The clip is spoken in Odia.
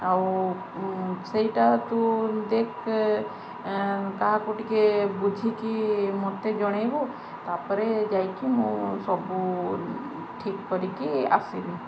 ଆଉ ସେଇଟା ତୁ ଦେଖ କାହାକୁ ଟିକେ ବୁଝିକି ମୋତେ ଜଣାଇବୁ ତା'ପରେ ଯାଇକି ମୁଁ ସବୁ ଠିକ୍ କରିକି ଆସିବି